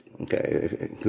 Okay